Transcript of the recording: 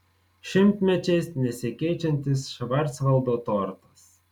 šimtmečiais nesikeičiantis švarcvaldo tortas